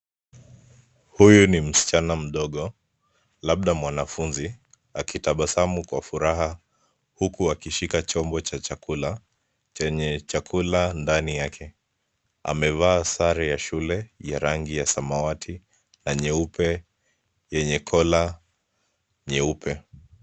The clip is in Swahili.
Huyu ni msichana mdogo, labda mwanafunzi, akitabasamu kwa furaha huku akishika chombo cha chakula, chenye chakula ndani yake. Amevaa sare ya shule, ya rangi ya samawati, na nyeupe yenye collar nyeupe .